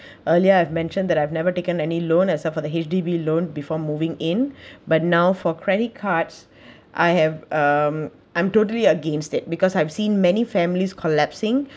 earlier I have mentioned that I've never taken any loan except for the H_D_B loan before moving in but now for credit cards I have um I'm totally against it because I've seen many families collapsing